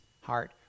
heart